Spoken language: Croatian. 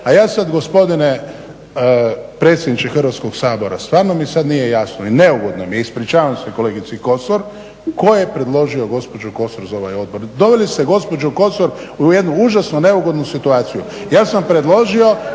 a ja sada gospodine predsjedniče Hrvatskog sabora, stvarno mi sad nije jasno i neugodno mi je, ispričavam se kolegici Kosor, tko je predložio gospođu Kosor za ovaj odbor? Doveli ste gospođu Kosor u jednu užasno neugodnu situaciju, ja sam predložio